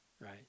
right